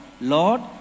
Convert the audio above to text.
Lord